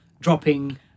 dropping